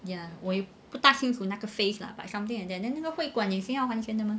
ya 我也不大清楚那个 phase lah but something like that and then then 那个会馆也是要还钱的 mah